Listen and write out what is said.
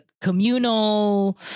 communal